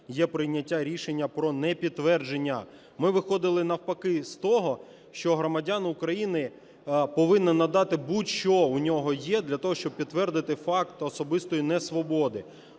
є прийняття рішення про непідтвердження. Ми виходили, навпаки, з того, що громадянин України повинен надати будь-що, що у нього є, для того щоб підтвердити факт особистої несвободи.